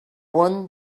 won